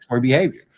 behavior